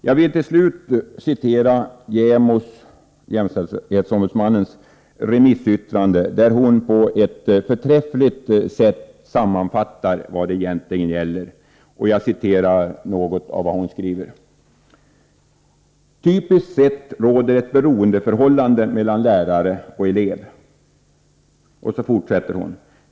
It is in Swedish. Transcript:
Jag vill till slut citera JämO:s remissyttrande, där hon på ett förträffligt sätt sammanfattar vad det egentligen gäller. Jag citerar något av vad hon skriver: ”Typiskt sett råder ett beroendeförhållande mellan lärare och elev ...